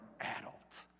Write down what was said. adult